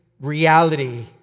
reality